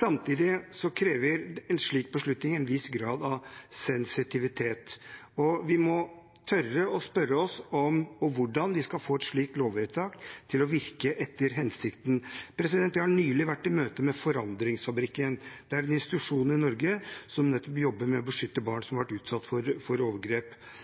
Samtidig krever en slik beslutning en viss grad av sensitivitet, og vi må tørre å spørre oss hvordan vi skal få et slikt lovvedtak til å virke etter hensikten. Jeg har nylig vært i møte med Forandringsfabrikken, en institusjon i Norge som jobber med barn som har vært utsatt for overgrep, og det de forteller, er ganske opprørende. De forteller at nettopp fordi lovverket mot overgrep